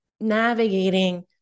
navigating